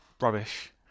Rubbish